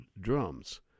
drums